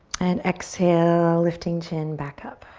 and exhale, lifting chin back up.